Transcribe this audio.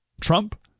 Trump